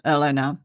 Elena